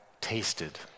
tasted